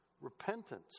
Repentance